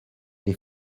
les